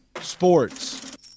Sports